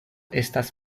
estas